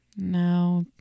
No